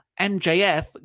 MJF